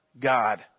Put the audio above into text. God